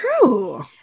true